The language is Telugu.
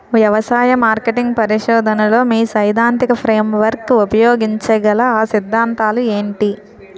వ్యవసాయ మార్కెటింగ్ పరిశోధనలో మీ సైదాంతిక ఫ్రేమ్వర్క్ ఉపయోగించగల అ సిద్ధాంతాలు ఏంటి?